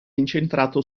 incentrato